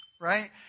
Right